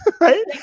right